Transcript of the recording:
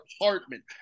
apartment